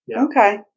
Okay